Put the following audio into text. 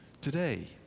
today